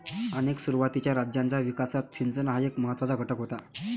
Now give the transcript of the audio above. अनेक सुरुवातीच्या राज्यांच्या विकासात सिंचन हा एक महत्त्वाचा घटक होता